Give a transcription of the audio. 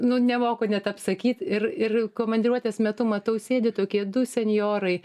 nu nemoku net apsakyt ir ir komandiruotės metu matau sėdi tokie du senjorai